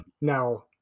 Now